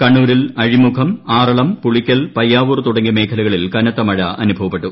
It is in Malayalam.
കണ്ണൂരിൽ അഴിമുഖം ആറളം പുളിക്കൽ പയ്യാവൂർ തുടങ്ങിയ മേഖലകളിൽ കനത്ത മഴ അനുഭവപ്പെട്ടു